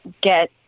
get